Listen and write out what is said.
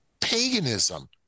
paganism